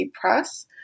Press